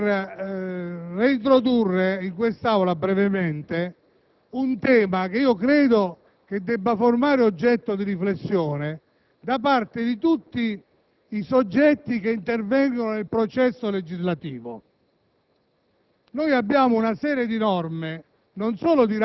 però, Presidente, è un'occasione per reintrodurre in Aula un tema che credo debba formare oggetto di riflessione da parte di tutti i soggetti che intervengono nel processo legislativo.